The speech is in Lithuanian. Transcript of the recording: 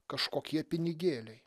kažkokie pinigėliai